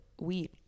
weed